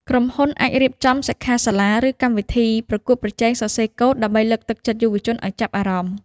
ក្រុមហ៊ុនអាចរៀបចំសិក្ខាសាលា ឬកម្មវិធីប្រកួតប្រជែងសរសេរកូដដើម្បីលើកទឹកចិត្តយុវជនឱ្យចាប់អារម្មណ៍។